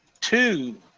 Two